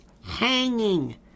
Hanging